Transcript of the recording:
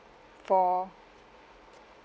for